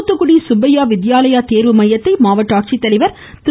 தூத்துக்குடி சுப்பையா வித்யாலயா தேர்வு மையத்தை மாவட்ட ஆட்சித்தலைவா் திரு